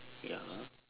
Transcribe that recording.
ya